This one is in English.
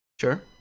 sure